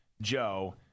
Joe